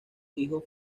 hijos